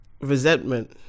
Resentment